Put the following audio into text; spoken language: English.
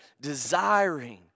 desiring